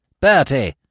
Bertie